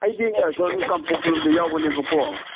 ꯑꯩꯗꯤ ꯑꯁꯣꯝ ꯀꯥꯡꯄꯣꯛꯄꯤ ꯔꯣꯝꯗ ꯌꯥꯎꯕꯅꯦꯕꯀꯣ